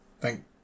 thank